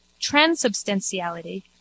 transubstantiality